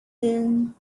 din